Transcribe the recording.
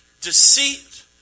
deceit